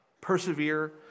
Persevere